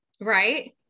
Right